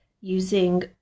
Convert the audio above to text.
using